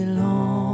long